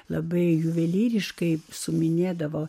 labai juvelyriškai suminėdavo